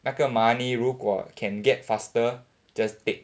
那个 money 如果 can get faster just take